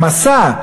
ו"מסע",